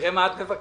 נראה מה את מבקשת.